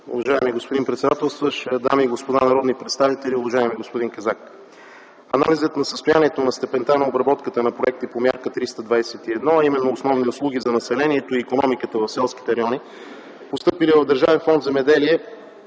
Уважаеми господин председателстващ, дами и господа народни представители, уважаеми господин Казак! Анализът на състоянието на степента на обработката на проекти по Мярка 321, а именно основни услуги за населението и икономиката в селските райони, постъпили в Държавен фонд „Земеделие”